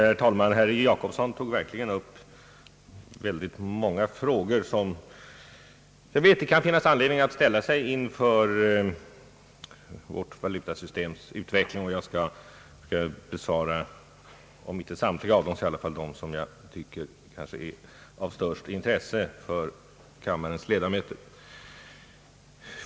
Herr talman! Herr Jacobsson tog verkligen upp många frågor som det kan finnas anledning att ställa inför vårt valutasystems utveckling. Jag skall besvara, om inte samtliga så i varje fall de frågor som har det största intresset för kammarens ledamöter.